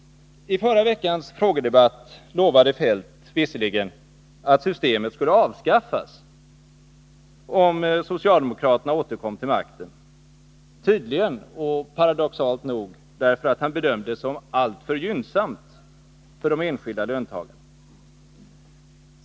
I förra veckans frågedebatt lovade Kjell-Olof Feldt visserligen att systemet skulle avskaffas om socialdemokraterna återkom till makten, tydligen — och paradoxalt nog — därför att han bedömde det som alltför gynnsamt för de enskilda löntagarna.